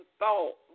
thought